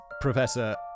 Professor